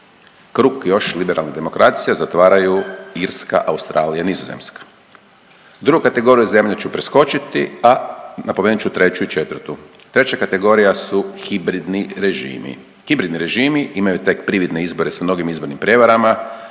Krug još liberalnih demokracija zatvaraju Irska, Australija, Nizozemska. Drugu kategoriju zemlje ću preskočiti, a napomenut ću treću i četvrtu. Treća kategorija su hibridni režimi. Hibridni režimi imaju tek prividne izbore s izbornim prijevarama,